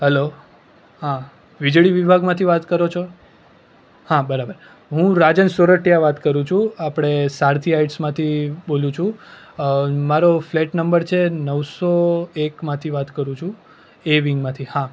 hello હા વીજળી વિભાગમાંથી વાત કરો છો હા બરાબર હું રાજેશ સોરઠીયા વાત કરું છું આપણે સારથી હાઇટ્સમાંથી બોલું છું મારો ફ્લેટ નંબર છે નવસો એકમાંથી વાત કરું છું એ વીંગમાંથી હા